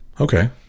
Okay